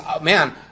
man